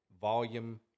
volume